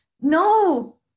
no